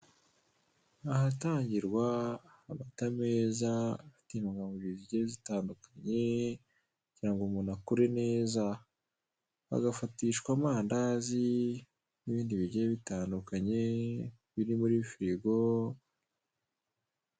Ahatangirwa amata meza afite intungamubiri zigiye zitandukanye kugira ngo umuntu akure neza agafatishwa amandazi n'ibindi bigiye bitandukanye biri muri firigo.